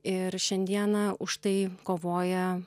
ir šiandieną už tai kovoja